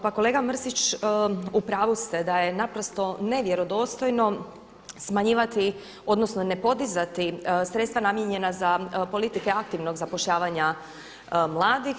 Pa kolega Mrsić u pravu ste da je naprosto nevjerodostojno smanjivati odnosno ne podizati sredstva namijenjena za politike aktivnog zapošljavanja mladih.